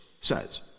says